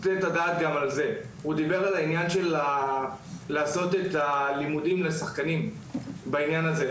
הוא דיבר על מתן הכשרה לשחקנים בעניין הזה.